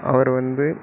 அவரு வந்து